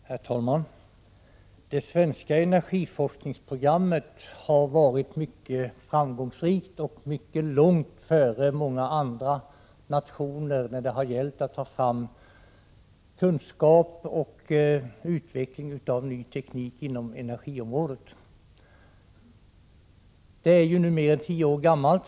Herr talman! Det svenska energiforskningsprogrammet har varit mycket framgångsrikt och varit långt före många andra nationers när det gällt att ta fram kunskap och utveckling av ny teknik på energiområdet. Programmet är numera tio år gammalt.